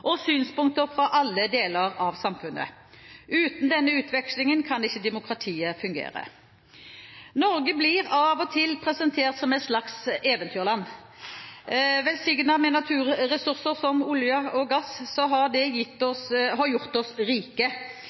og synspunkter fra alle deler av samfunnet. Uten denne utvekslingen kan ikke demokratiet fungere. Norge blir av og til presentert som et slags eventyrland, velsignet med naturressurser som olje og gass, som har gjort oss rike. I motsetning til andre land i Europa har